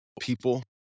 people